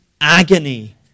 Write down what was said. agony